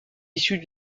issue